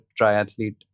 triathlete